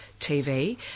TV